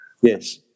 Yes